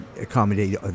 accommodate